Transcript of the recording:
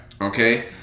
Okay